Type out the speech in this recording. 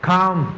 Come